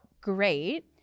great